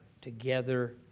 together